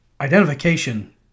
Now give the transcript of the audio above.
identification